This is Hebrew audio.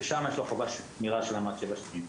שם יש לו חובה על שמירה במשך שבע שנים.